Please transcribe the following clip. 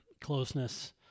closeness